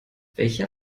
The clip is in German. welcher